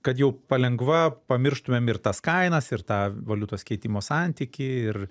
kad jau palengva pamirštumėm ir tas kainas ir tą valiutos keitimo santykį ir